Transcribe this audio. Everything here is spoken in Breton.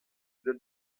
deuet